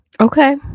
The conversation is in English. Okay